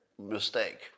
mistake